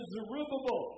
Zerubbabel